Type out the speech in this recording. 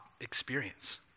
experience